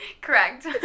Correct